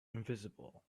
invisible